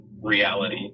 reality